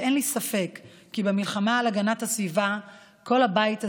ואין לי ספק כי במלחמה על הגנת הסביבה כל הבית הזה,